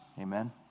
Amen